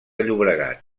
llobregat